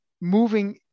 moving